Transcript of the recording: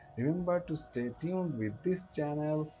remember to stay tuned with this channel,